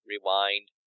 Rewind